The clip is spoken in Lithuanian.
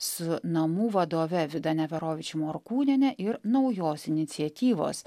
su namų vadove vida neverovič morkūniene ir naujos iniciatyvos